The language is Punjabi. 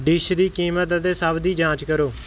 ਡਿਸ਼ ਦੀ ਕੀਮਤ ਅਤੇ ਸਭ ਦੀ ਜਾਂਚ ਕਰੋ